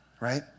right